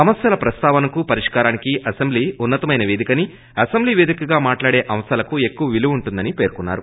సమస్యల ప్రస్తావనకు పరిష్కారానికి అసెంబ్లీ ఉన్నతమైన పేదిక అని అసెంబ్లీ పేదికగా మాట్లాడే అంశాలకు ఎక్కువ విలువ ఉంటుందని పేర్కొన్నారు